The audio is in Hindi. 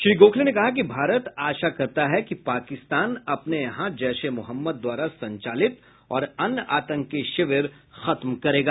श्री गोखले ने कहा कि भारत आशा करता है कि पाकिस्तान अपने यहां जैश ए मोहम्मद द्वारा संचालित और अन्य आतंकी शिविर खत्म करेगा